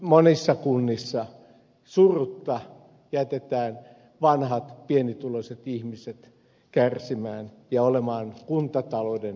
monissa kunnissa surutta jätetään vanhat pienituloiset ihmiset kärsimään ja olemaan kuntatalouden pelastajia